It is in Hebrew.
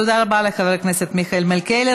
תודה רבה לחבר הכנסת מיכאל מלכיאלי.